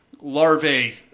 larvae